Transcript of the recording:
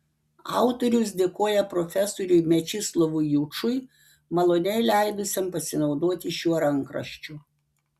autorius dėkoja profesoriui mečislovui jučui maloniai leidusiam pasinaudoti šiuo rankraščiu